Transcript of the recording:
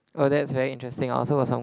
oh that's very interesting I also was from